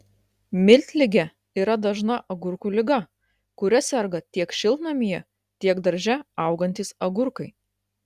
miltligė yra dažna agurkų liga kuria serga tiek šiltnamyje tiek darže augantys agurkai